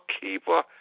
keeper